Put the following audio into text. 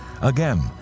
Again